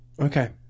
Okay